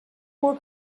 more